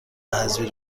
حذفی